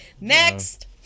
Next